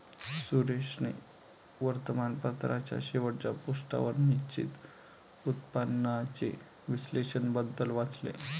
सुरेशने वर्तमानपत्राच्या शेवटच्या पृष्ठावर निश्चित उत्पन्नाचे विश्लेषण बद्दल वाचले